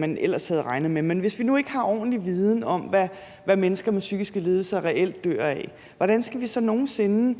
man ellers havde regnet med. Men hvis vi nu ikke har ordentlig viden om, hvad mennesker med psykiske lidelser reelt dør af, hvordan skal vi så nogen sinde